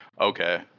Okay